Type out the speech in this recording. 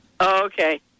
Okay